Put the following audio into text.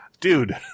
Dude